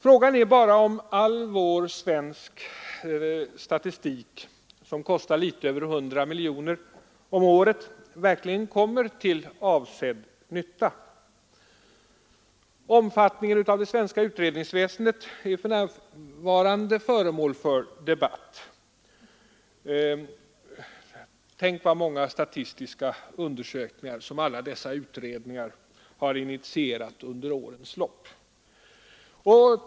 Frågan är bara om all vår svenska statistik, som kostar över 100 miljoner kronor per år, verkligen kommer till avsedd nytta. Omfattningen av det svenska utredningsväsendet är för närvarande föremål för debatt. Tänk vad många statistiska undersökningar som alla dessa utredningar har initierat under årets lopp.